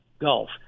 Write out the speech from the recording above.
Gulf